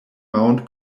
mound